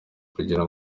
kugira